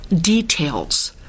details